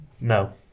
No